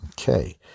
Okay